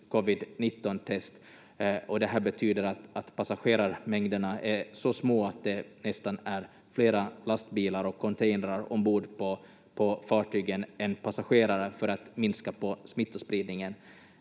covid-19-test, och det här betyder att passagerarmängderna är så små att det nästan är flera lastbilar och containrar ombord på fartygen än passagerare för att minska på smittospridningen.